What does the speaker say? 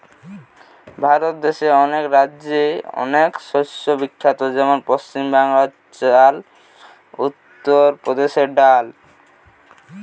ভারত দেশে অনেক রাজ্যে অনেক শস্য বিখ্যাত যেমন পশ্চিম বাংলায় চাল, উত্তর প্রদেশে ডাল